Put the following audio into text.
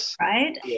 right